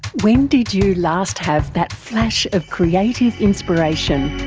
when did you last have that flash of creative inspiration?